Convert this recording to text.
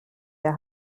der